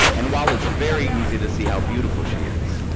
and while it's very easy to see how beautiful she is,